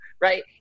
Right